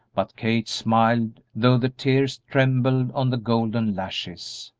but kate smiled, though the tears trembled on the golden lashes.